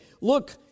look